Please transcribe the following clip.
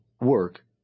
work